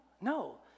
no